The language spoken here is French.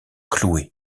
cloué